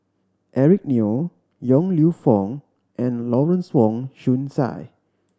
Eric Neo Yong Lew Foong and Lawrence Wong Shyun Tsai